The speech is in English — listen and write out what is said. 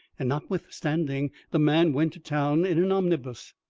and notwithstanding the man went to town in an omnibus,